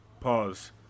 Pause